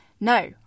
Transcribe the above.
No